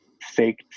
fake